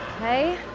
okay.